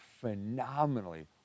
phenomenally